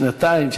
שנתיים.